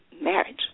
marriage